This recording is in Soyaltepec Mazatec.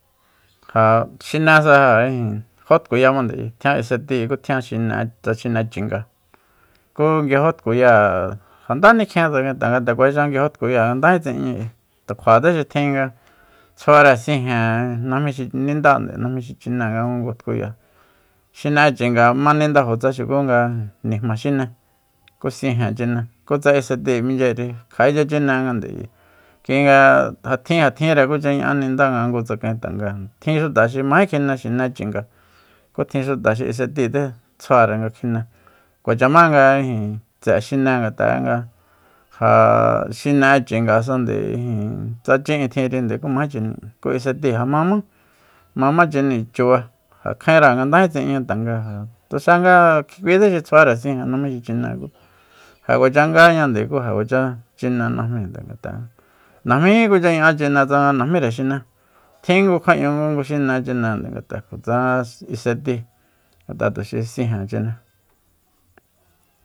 Ja xinesa ja ijin jó tkuyamande ayi tjian iseti ku tjian xine tsa xine chinga ku nguiajo tkuyáa ja ndá nikjien tsakaen tanga nde kuacha nguiajó tkuya'e ndaji tsi'inña ayi tu kjua'e tse xi tjin nga tsjuare sijen najmí xi nindá najmi xi chine nga ngungu tkuya xine'e chinga ma nindajo tsa xuku nga nijma xine ku sijen chine ku tsa isetíi minchyeri kja'echa chinengande kuinga ja tjin jatjinre kucha ña'á nindá nga nguntsakaen tanga tjin xuta xi majé kjine xine chinga ku tjin xuta xi isetíi tse tsjuare kjine kuacha ma nga tse'e xine ngat'a ja xine'e chingasande tsa chi'in tjinri kú majé chini ku isetíi ja mámá mámachine chuba ja kjaenra nga ndají tsi'iña tanga ja tuxa nga kuitse xi tsjuare sijen najmi xi chine ja kuacha ngáñande ku ja kuacha chiune najminde ngat'a najmíjí kucha ña'a chine tsanga najmíre xine tjin ngu kja'ñu nga ngungu xine chine ngat'a tsanga isetíi ngat'a tuxi sijen chiné